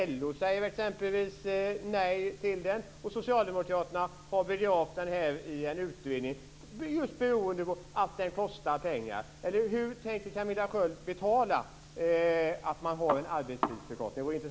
LO säger exempelvis nej till den, och Socialdemokraterna har begravt den i en utredning just beroende på att den kostar pengar. Hur tänker Camilla Sköld att en arbetstidsförkortning skall betalas?